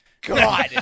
God